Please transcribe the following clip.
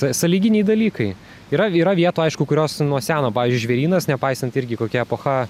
sąlyginiai dalykai yra yra vietų aišku kurios nuo seno pavyzdžiui žvėrynas nepaisant irgi kokia epocha